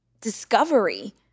discovery